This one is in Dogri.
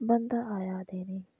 बंदा आया देने गी